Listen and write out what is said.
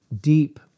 deep